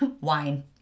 wine